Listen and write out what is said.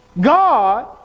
God